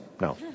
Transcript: No